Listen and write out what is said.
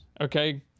okay